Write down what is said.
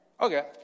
Okay